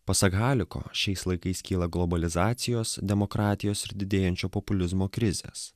pasak haliko šiais laikais kyla globalizacijos demokratijos ir didėjančio populizmo krizės